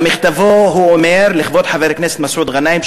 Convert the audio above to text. במכתבו הוא אומר: לכבוד חבר הכנסת מסעוד גנאים,